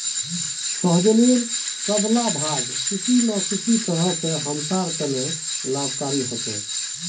सहजनेर सब ला भाग किसी न किसी तरह स हमसार त न लाभकारी ह छेक